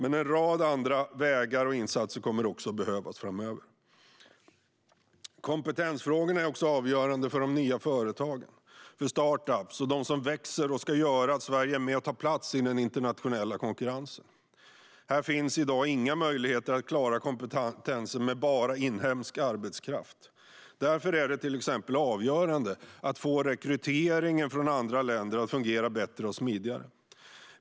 En rad andra vägar och insatser kommer också att behövas framöver. Kompetensfrågorna är också avgörande för de nya företagen och för startups - de som växer och som ska göra att Sverige är med och tar plats i den internationella konkurrensen. Här finns i dag inga möjligheter att klara kompetensen med enbart inhemsk arbetskraft. Därför är det avgörande att till exempel få rekryteringen från andra länder att fungera bättre och smidigare.